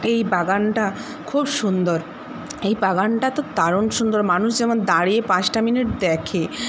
এই বাগানটা খুব সুন্দর এই বাগানটা তো দারুন সুন্দর মানুষ যেমন দাঁড়িয়ে পাঁচটা মিনিট দেখে